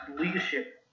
leadership